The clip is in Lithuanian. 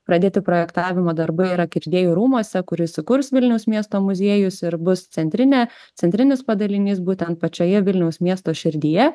pradėti projektavimo darbai yra kirdiejų rūmuose kur įsikurs vilniaus miesto muziejus ir bus centrinė centrinis padalinys būtent pačioje vilniaus miesto širdyje